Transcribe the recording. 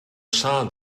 saw